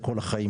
לכל החיים,